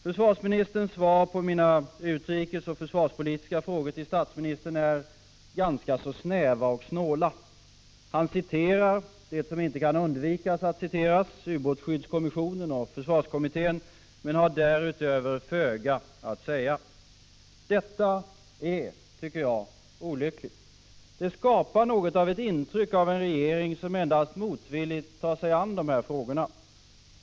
Försvarsministerns svar på mina utrikesoch försvarspolitiska frågor till statsministern är snäva och snåla. Han citerar det som man inte kan undvika att citera — ubåtsskyddskommissionen och försvarskommittén — men har därutöver föga att säga. Jag tycker att detta är olyckligt. Det skapar ett intryck av att regeringen endast motvilligt tar sig an dessa frågor.